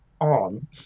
on